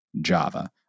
Java